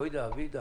איגוד